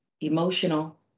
emotional